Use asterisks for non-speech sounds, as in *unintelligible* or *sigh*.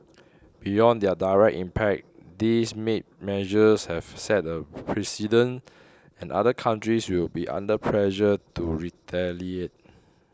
beyond their direct impact these *unintelligible* measures have set a precedent and other countries will be under pressure to retaliate